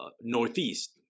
Northeast